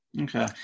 Okay